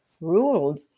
ruled